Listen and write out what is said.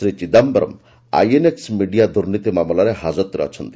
Shri Chidambaram INX Media ଦୁର୍ନୀତି ମାମଲାରେ ହାଜତରେ ଅଛନ୍ତି